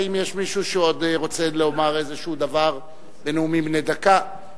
האם יש מישהו שעוד רוצה לומר איזה דבר בנאומים בני דקה?